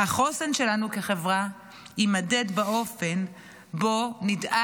החוסן שלנו כחברה יימדד באופן שבו נדאג